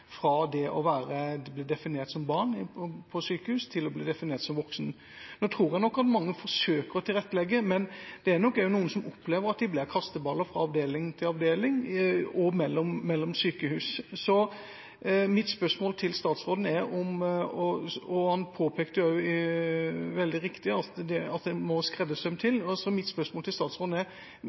fra det å bli definert som barn på sykehus til å bli definert som voksen. Nå tror jeg nok at mange forsøker å tilrettelegge, men det er nok også noen som opplever at de blir kasteballer fra avdeling til avdeling og mellom sykehus. Statsråden påpekte også – veldig riktig – at det må skreddersøm til, og mitt spørsmål til statsråden er: Vil han gi et ekstra signal til foretakene og sykehusene om at det er viktig med skreddersøm og individuell tilpasning for disse pasientene? Ja, det er